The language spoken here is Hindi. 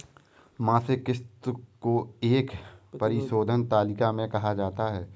मासिक किस्त को एक परिशोधन तालिका भी कहा जाता है